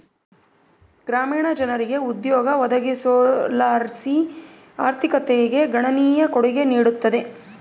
ಗ್ರಾಮೀಣ ಜನರಿಗೆ ಉದ್ಯೋಗ ಒದಗಿಸೋದರ್ಲಾಸಿ ಆರ್ಥಿಕತೆಗೆ ಗಣನೀಯ ಕೊಡುಗೆ ನೀಡುತ್ತದೆ